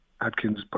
Adkins